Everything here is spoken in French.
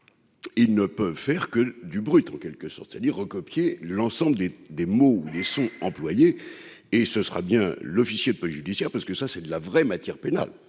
il ne peut faire que du brut en quelque sorte dire recopier l'ensemble des des mots les son employé, et ce sera bien l'officier de police judiciaire, parce que ça c'est de la vraie matière pénale